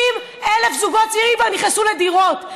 60,000 זוגות צעירים כבר נכנסו לדירות.